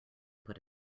put